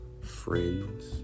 friends